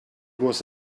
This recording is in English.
was